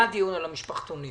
היה דיון של המשפחתונים